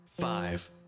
five